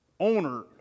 owner